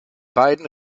beiden